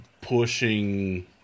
pushing